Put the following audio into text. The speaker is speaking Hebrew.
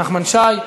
חבר הכנסת נחמן שי,